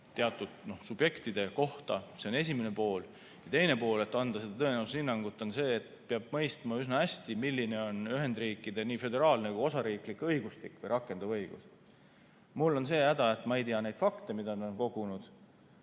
teatud subjektide kohta. See on esimene pool. Ja teine pool, et anda seda tõenäosuse hinnangut, on see, et peab mõistma üsna hästi, milline on Ühendriikide nii föderaalne kui ka osariiklik õigustik või rakenduv õigus. Mul on see häda, et ma ei tea neid fakte, mida nad on kogunud,